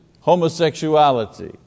homosexuality